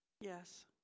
Yes